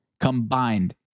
combined